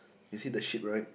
you see the sheep right